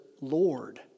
Lord